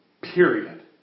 period